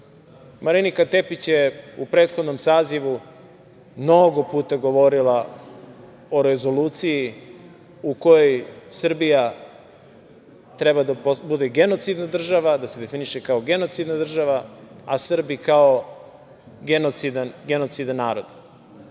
kolega. Marinika Tepić je u prethodnom sazivu mnogo puta govorila o rezoluciji u kojoj Srbija treba da bude genocidna država, da se definiše kao genocidna država, a Srbi kao genocidan narod.